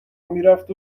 میرفت